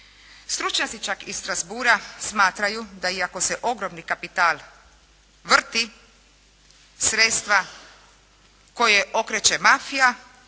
Stručnjaci čak iz Strassbourga smatraju, da iako se ogromni kapital vrti, sredstva koje okreće mafija,